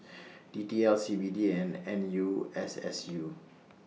D T L C B D and N U S S U